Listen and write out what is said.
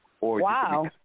Wow